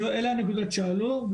אלה הנקודות שעלו.